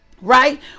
right